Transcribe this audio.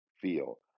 feel